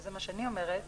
וזה מה שאני אומרת,